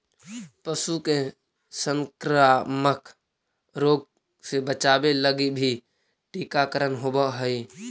पशु के संक्रामक रोग से बचावे लगी भी टीकाकरण होवऽ हइ